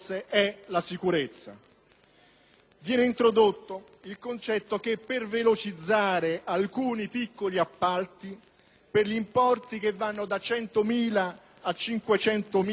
Viene introdotto il concetto che per velocizzare alcuni piccoli appalti per gli importi che vanno da 100.000 a 500.000 euro (parliamo